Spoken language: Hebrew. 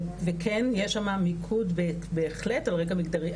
וכן יש שם מיקוד בהחלט על רקע מגדרי.